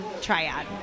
triad